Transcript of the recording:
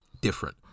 different